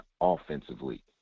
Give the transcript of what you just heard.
offensively